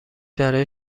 برا